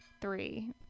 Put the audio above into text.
three